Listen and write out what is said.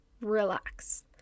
relax